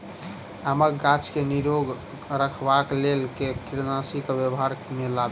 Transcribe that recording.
आमक गाछ केँ निरोग रखबाक लेल केँ कीड़ानासी केँ व्यवहार मे लाबी?